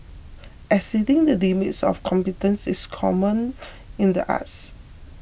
exceeding the limits of competence is common in the arts